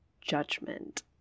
judgment